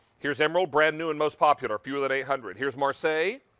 here is emerald, brand-new and most popular, fewer than eight hundred. here is marseille,